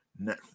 Netflix